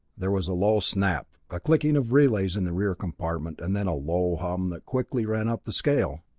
there was a low snap, a clicking of relays in the rear compartment, and then a low hum that quickly ran up the scale.